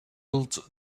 wilt